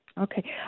Okay